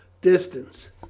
Distance